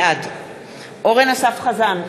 בעד אורן אסף חזן,